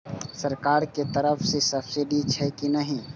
सरकार के तरफ से सब्सीडी छै कि नहिं?